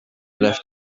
left